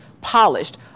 polished